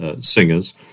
singers